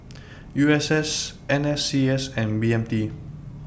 U S S N S C S and B M T